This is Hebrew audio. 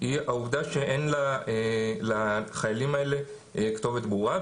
הוא העובדה שאין לחיילים האלה כתובת ברורה,